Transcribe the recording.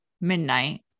midnight